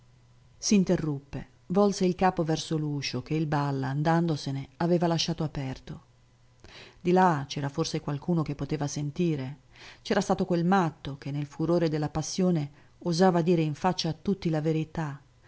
io s'interruppe volse il capo verso l'uscio che il balla andandosene aveva lasciato aperto di là c'era forse qualcuno che poteva sentire c'era stato quel matto che nel furore della passione osava dire in faccia a tutti la verità